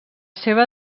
seva